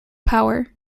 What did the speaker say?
power